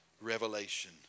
revelation